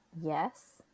yes